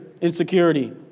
insecurity